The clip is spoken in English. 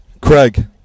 Craig